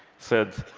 said,